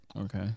Okay